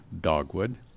dogwood